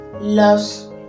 loves